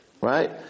right